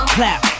Clap